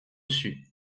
dessus